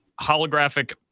holographic